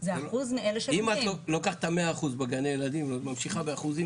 אם את לוקחת את ה-100% בגני הילדים וממשיכה את האחוזים